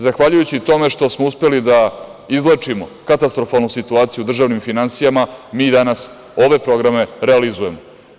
Zahvaljujući tome što smo uspeli da izlečimo katastrofalnu situaciju u državnim finansijama mi danas ove programe realizujemo.